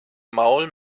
maul